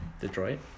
Detroit